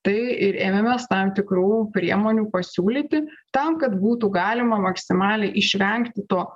tai ir ėmėmės tam tikrų priemonių pasiūlyti tam kad būtų galima maksimaliai išvengti to